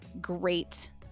great